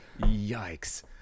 Yikes